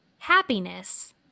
happiness